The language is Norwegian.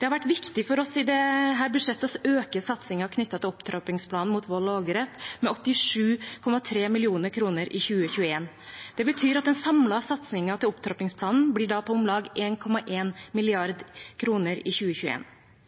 Det har vært viktig for oss i dette budsjettet å øke satsingen knyttet til opptrappingsplanen mot vold og overgrep med 87,3 mill. kr i 2021. Det betyr at den samlede satsingen til opptrappingsplanen blir på om lag